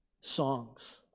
songs